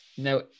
Now